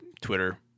Twitter